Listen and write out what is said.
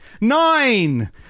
Nine